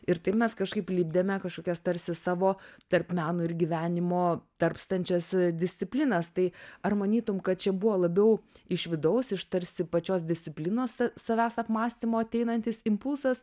ir taip mes kažkaip lipdėme kažkokias tarsi savo tarp meno ir gyvenimo tarpstančias disciplinas tai ar manytum kad čia buvo labiau iš vidaus iš tarsi pačios disciplinos savęs apmąstymo ateinantis impulsas